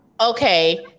Okay